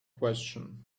question